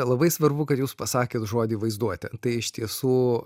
labai svarbu kad jūs pasakėt žodį vaizduotė tai iš tiesų